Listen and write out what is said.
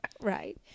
Right